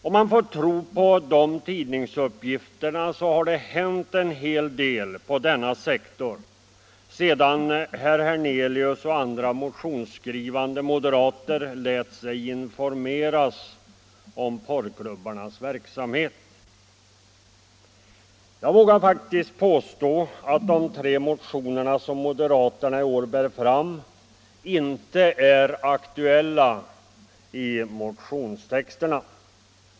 Om man får tro på de tidningsuppgifterna har det hänt en hel del inom denna sektor sedan herr Hernelius och andra motionsskrivande moderater lät sig informeras om porrklubbarnas verksamhet. Jag vågar faktiskt påstå att de tre motionerna, som moderaterna i år bär fram, inte är aktuella i motionstexterna.